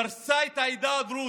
היא דרסה את העדה הדרוזית.